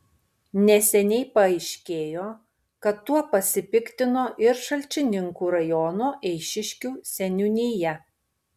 neseniai paaiškėjo kad tuo pasipiktino ir šalčininkų rajono eišiškių seniūnija